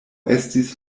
estis